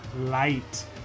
light